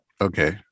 Okay